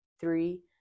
three